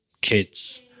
kids